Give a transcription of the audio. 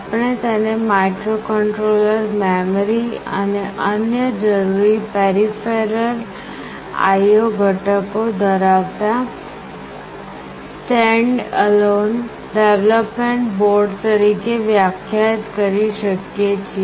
આપણે તેને microcontroller memory અને અન્ય જરૂરી પેરિફેરલ IO ઘટકો ધરાવતા સ્ટેન્ડ અલોન ડેવલપમેન્ટ બોર્ડ તરીકે વ્યાખ્યાયિત કરી શકીએ છીએ